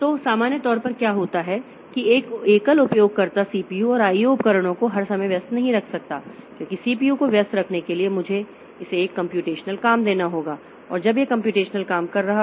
तो सामान्य तौर पर क्या होता है कि एक एकल उपयोगकर्ता सीपीयू और आईओ उपकरणों को हर समय व्यस्त नहीं रख सकता है क्योंकि सीपीयू को व्यस्त रखने के लिए मुझे इसे एक कम्प्यूटेशनल काम देना होगा और जब यह कम्प्यूटेशनल काम कर रहा हो